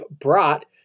brought